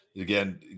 again